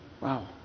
Wow